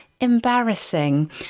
embarrassing